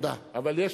אבל יש,